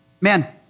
man